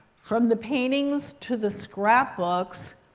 from the paintings to the scrapbooks,